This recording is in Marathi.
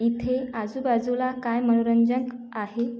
इथे आजूबाजूला काय मनोरंजक आहे